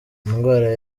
indwara